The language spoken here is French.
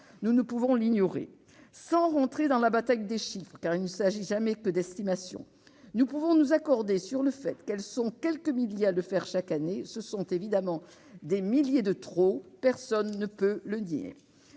Nous ne pouvons l'ignorer. Sans entrer dans la bataille des chiffres- car il ne s'agit jamais que d'estimations -, nous pouvons nous accorder sur le fait qu'elles sont quelques milliers à le faire chaque année. Ce sont évidemment des milliers de trop. Personne ne peut le nier.